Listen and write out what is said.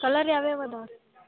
colour ಯಾವ ಯಾವ ಅದಾವೆ